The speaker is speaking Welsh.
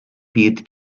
byd